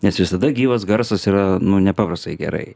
nes visada gyvas garsas yra nu nepaprastai gerai